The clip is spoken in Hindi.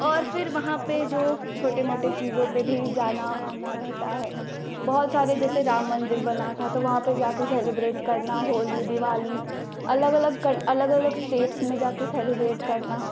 और फिर वहाँ पर जो छोटी मोटी चीज़ों पर भी जाना आना रहता है बहुत सारे जैसे राम मन्दिर बना था तो वहाँ पर जाकर सेलिब्रेट करना होली दिवाली अलग अलग कन अलग अलग स्टेट्स में जाकर सेलिब्रेट करना